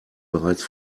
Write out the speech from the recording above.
bereits